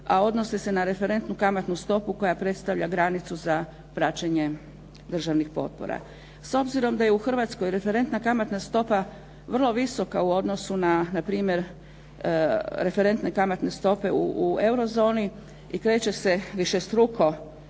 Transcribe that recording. a odnose se na referentnu kamatnu stopu koja predstavlja granicu za praćenje državnih potpora. S obzirom da je u Hrvatskoj referentna kamatna stopa vrlo visoka u odnosu na npr. referentne kamatne stope u euro zoni i kreće se višestruko,